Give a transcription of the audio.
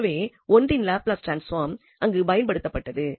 எனவே 1இன் Laplace transform அங்கு பயன்படுத்தப்பட்டது